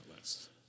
list